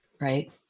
Right